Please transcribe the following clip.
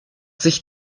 sich